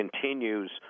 continues